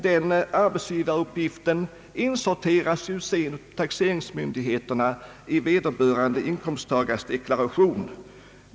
Den arbetsgivaruppgiften insorterar sedan taxeringsmyndigheterna i vederbörande inkomsttagares deklaration.